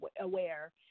aware